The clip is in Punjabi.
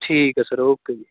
ਠੀਕ ਹੈ ਸਰ ਓਕੇ ਜੀ